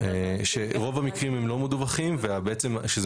רוב המקרים הם לא מדווחים ובעצם כשזה